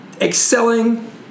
excelling